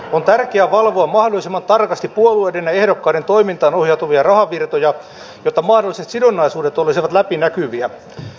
on tärkeää valvoa mahdollisimman tarkasti puolueiden ja ehdokkaiden toimintaan ohjautuvia rahavirtoja jotta mahdolliset sidonnaisuudet olisivat läpinäkyviä